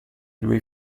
due